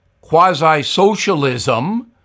quasi-socialism